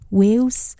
Wheels